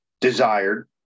desired